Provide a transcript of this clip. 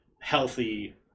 healthy